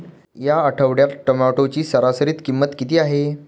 या आठवड्यात टोमॅटोची सरासरी किंमत किती आहे?